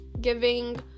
giving